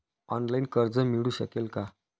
Online कर्ज मिळू शकेल का?